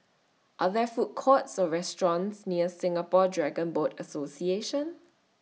Are There Food Courts Or restaurants near Singapore Dragon Boat Association